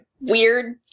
weird